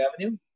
Avenue